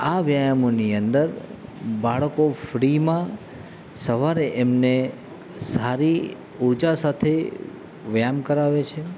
આ વ્યાયામોની અંદર બાળકો ફ્રીમાં સવારે એમને સારી ઉર્જા સાથે વ્યાયામ કરાવે છે